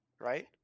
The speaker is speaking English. right